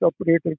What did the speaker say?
operator